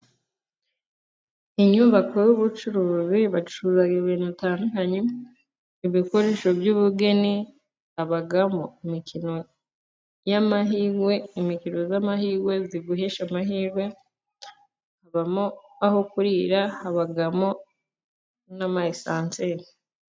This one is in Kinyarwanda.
Inyubako y'ubucuruzi bacuruza ibintu bitandukanye, ibikoresho by'ubugeni, habamo mikino y'amahirwe, imikino y'amahirwe iguhesha amahirwe habamo aho kurira, hakabamo na esanseri.